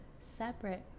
separate